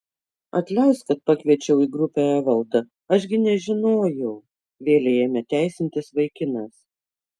atleisk kad pakviečiau į grupę evaldą aš gi nežinojau vėlei ėmė teisintis vaikinas